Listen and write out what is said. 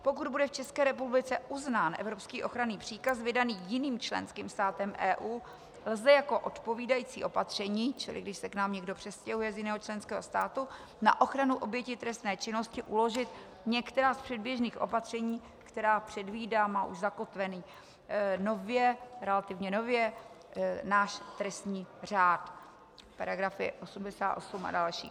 Pokud bude v České republice uznán evropský ochranný příkaz vydaný jiným členským státem EU, lze jako odpovídající opatření, čili když se k nám někdo přestěhuje z jiného členského státu, na ochranu oběti trestné činnosti uložit některá z předběžných opatření, která předvídá, má už zakotvený relativně nově, náš trestní řád, paragrafy 88 a další.